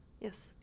Yes